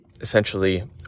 essentially